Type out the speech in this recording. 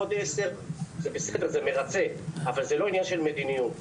עוד עשרה" זה מרצה אבל זה לא עניין של מדיניות.